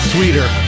Sweeter